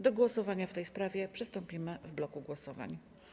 Do głosowania w tej sprawie przystąpimy w bloku głosowań.